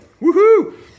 Woohoo